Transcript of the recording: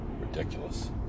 Ridiculous